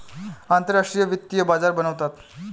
आंतरराष्ट्रीय वित्तीय बाजार बनवतात